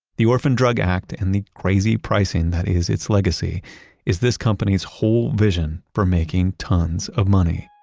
the orphan drug act, and the crazy pricing that is its legacy is this company's whole vision for making tons of money.